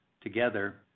Together